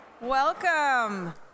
Welcome